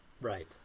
right